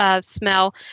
smell